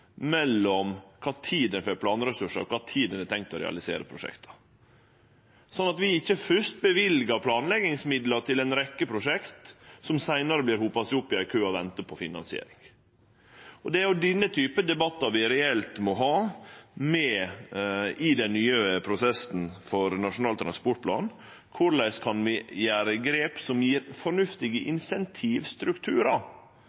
mellom kva tid ein får planressursar, og kva tid ein har tenkt å realisere prosjektet – slik at vi ikkje først løyver planleggingsmidlar til ei rekkje prosjekt som seinare hopar seg opp i ein kø og ventar på finansiering. Det er slike debattar vi reelt må ha i den nye prosessen for Nasjonal transportplan. Korleis kan vi gjere grep som gjev fornuftige